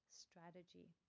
strategy